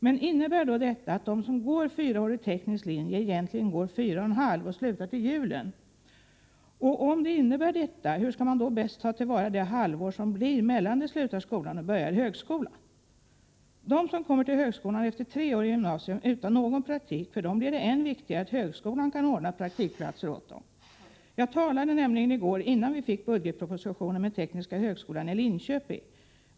Men innebär då detta att de som går fyraårig teknisk linje egentligen kommer att gå fyra och ett halvt år och sluta till julen? Om det innebär detta — hur skall man då bäst ta till vara halvåret mellan det att de slutar skolan och det att de börjar högskolan? För dem som kommer till högskolan efter tre år i gymnasium utan någon praktik blir det än viktigare att högskoian kan ordna praktikplatser. Jag talade i går, innan vi fick budgetpropositionen, med Tekniska högskolan i Linköping.